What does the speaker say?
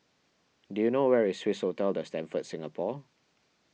do you know where is Swissotel the Stamford Singapore